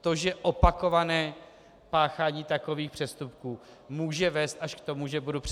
To, že opakované páchání takových přestupků může vést až k tomu, že budu